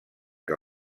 que